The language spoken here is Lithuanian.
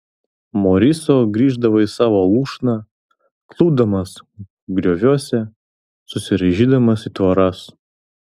moriso grįždavo į savo lūšną klupdamas grioviuose susiraižydamas į tvoras